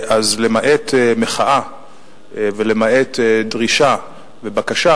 אז למעט מחאה ולמעט דרישה ובקשה,